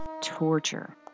Torture